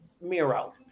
Miro